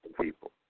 people